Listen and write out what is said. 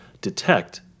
detect